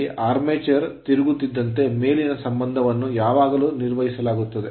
armature armature ತಿರುಗುತ್ತಿದ್ದಂತೆ ಮೇಲಿನ ಸಂಬಂಧವನ್ನು ಯಾವಾಗಲೂ ನಿರ್ವಹಿಸಲಾಗುತ್ತದೆ